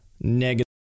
negative